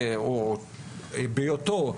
או בהיותו,